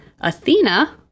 Athena